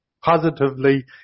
positively